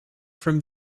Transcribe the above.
from